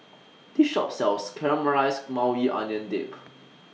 This Shop sells Caramelized Maui Onion Dip